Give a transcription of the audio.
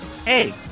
Hey